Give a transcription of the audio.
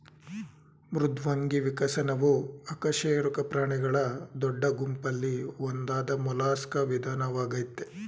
ಮೃದ್ವಂಗಿ ವಿಕಸನವು ಅಕಶೇರುಕ ಪ್ರಾಣಿಗಳ ದೊಡ್ಡ ಗುಂಪಲ್ಲಿ ಒಂದಾದ ಮೊಲಸ್ಕಾ ವಿಧಾನವಾಗಯ್ತೆ